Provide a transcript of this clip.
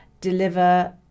deliver